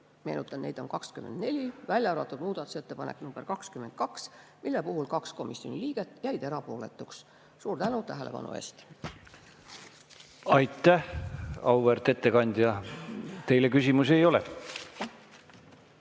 meenutan, et neid on 24 –, välja arvatud muudatusettepanek nr 22, mille puhul kaks komisjoni liiget jäid erapooletuks. Suur tänu tähelepanu eest! Aitäh, auväärt ettekandja! Teile küsimusi ei ole.